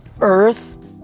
earth